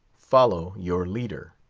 follow your leader.